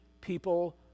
people